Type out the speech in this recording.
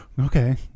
Okay